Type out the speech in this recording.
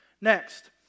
Next